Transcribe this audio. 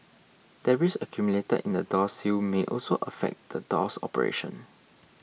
Debris accumulated in the door sill may also affect the door's operation